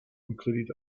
included